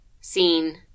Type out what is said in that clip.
seen